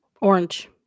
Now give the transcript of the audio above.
orange